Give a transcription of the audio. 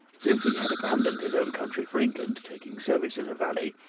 since he had abandoned his own country for england, taking service as a valet,